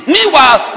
Meanwhile